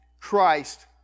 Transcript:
Christ